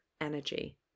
energy